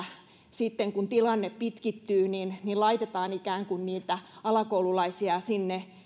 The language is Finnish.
sitten kun tilanne pitkittyy niin niin laitetaan niitä alakoululaisia ikään kuin